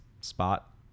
spot